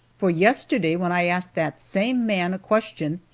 for yesterday, when i asked that same man a question,